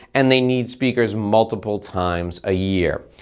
and they need speakers multiple times a year.